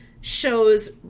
shows